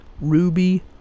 Ruby